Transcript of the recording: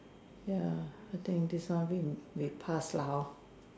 ya I think this one a bit we pass lah hor